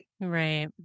Right